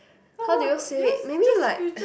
how do you say it maybe like